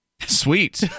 sweet